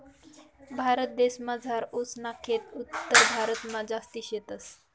भारतदेसमझार ऊस ना खेत उत्तरभारतमा जास्ती शेतस